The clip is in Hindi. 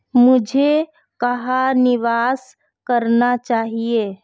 मुझे कहां निवेश करना चाहिए?